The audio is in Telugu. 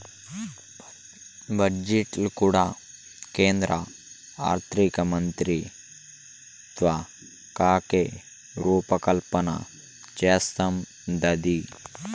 బడ్జెట్టు కూడా కేంద్ర ఆర్థికమంత్రిత్వకాకే రూపకల్పన చేస్తందాది